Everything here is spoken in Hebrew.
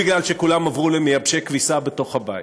כאשר מביאים לפה הצעות חוק ומבקשים לכלול בתוכניות